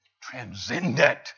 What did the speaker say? transcendent